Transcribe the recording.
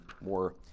more